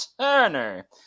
Turner